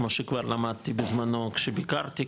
כמו שכבר למדתי בזמנו שביקרתי,